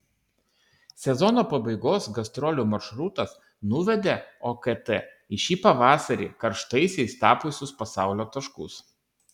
sezono pabaigos gastrolių maršrutas nuvedė okt į šį pavasarį karštaisiais tapusius pasaulio taškus